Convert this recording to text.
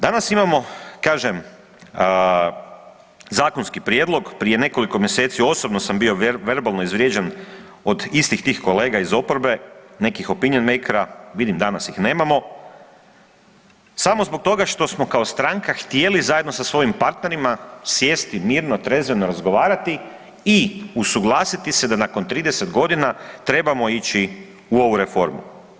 Danas imamo kažem zakonski prijedlog, prije nekoliko mjeseci osobno sam bio verbalno izvrijeđan od istih tih kolega iz oporbe, …/Govornik se ne razumije. vidim danas ih nemamo, samo zbog toga što smo kao stranka htjeli zajedno sa svojim partnerima sjesti mirno, trezveno razgovarati i usuglasiti se da nakon 30 godina trebamo ići u ovu reformu.